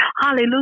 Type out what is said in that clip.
Hallelujah